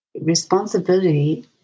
responsibility